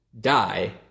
die